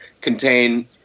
contain